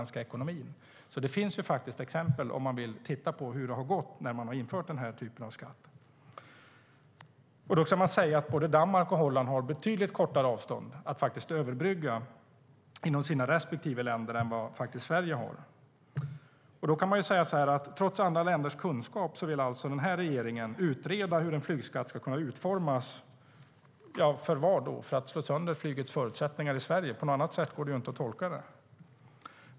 Det finns alltså exempel om man vill titta på hur det har gått när länder har infört denna typ av skatt. Både Danmark och Holland har dessutom betydligt kortare avstånd att överbrygga inom sina respektive länder än vad Sverige har. Trots andra länders kunskap vill regeringen utreda hur en flygskatt ska kunna utformas. Men för vad? För att slå sönder flygets förutsättningar i Sverige? På något annat sätt går det inte att tolka det.